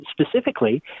specifically